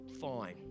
fine